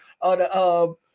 on